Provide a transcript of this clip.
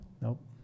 nope